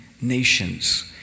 nations